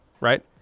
right